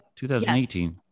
2018